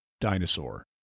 dinosaur